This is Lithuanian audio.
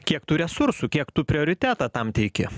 kiek tu resursų kiek tu prioritetą tam teiki